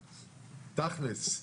תכלס,